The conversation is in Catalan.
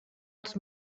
als